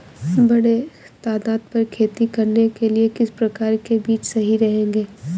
बड़े तादाद पर खेती करने के लिए किस प्रकार के बीज सही रहेंगे?